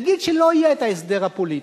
נגיד שלא יהיה ההסדר הפוליטי.